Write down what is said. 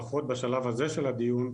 לפחות בשלב הזה של הדיון,